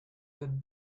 that